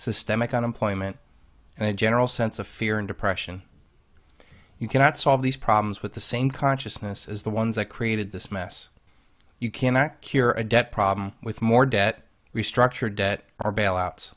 systemic unemployment and a general sense of fear and depression you cannot solve these problems with the same consciousness as the ones that created this mess you cannot cure a debt problem with more debt restructure debt or bailout